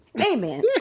Amen